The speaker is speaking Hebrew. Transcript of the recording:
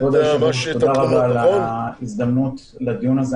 תודה רבה על ההזדמנות לדיון הזה,